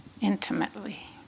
intimately